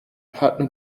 patna